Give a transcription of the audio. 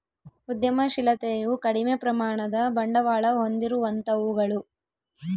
ಉದ್ಯಮಶಿಲತೆಯು ಕಡಿಮೆ ಪ್ರಮಾಣದ ಬಂಡವಾಳ ಹೊಂದಿರುವಂತವುಗಳು